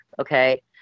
okay